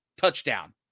touchdown